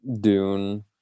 Dune